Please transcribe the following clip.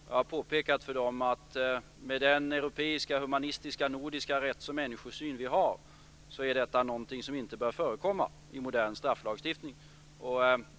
Jag har påpekat för dem att med den europeiska och nordiska humanistiska rätts och människosyn som vi har är detta något som inte bör förekomma i modern strafflagstiftning.